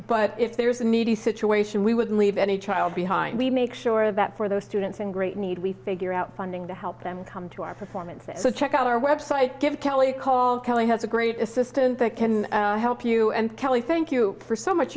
but if there's a needy situation we would leave any child behind we make sure that for those students in great need we figure out funding to help them come to our performances so check out our website give kelly a call kelly has a great assistant that can help you and kelly thank you for so much